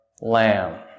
Lamb